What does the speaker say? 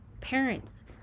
parents